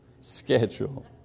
schedule